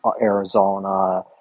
Arizona